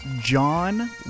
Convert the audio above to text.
John